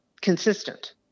consistent